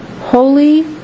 holy